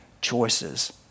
choices